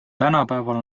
tänapäeval